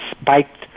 spiked